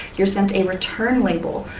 you're sent a return label,